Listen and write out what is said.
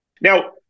Now